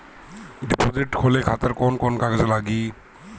Deposit खोले खातिर कौन कौन कागज लागी?